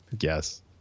Yes